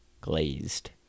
glazed